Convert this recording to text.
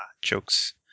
Jokes